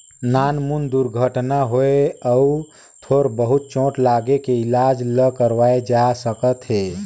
नानमुन दुरघटना होए अउ थोर बहुत चोट लागे के इलाज ल करवाए जा सकत हे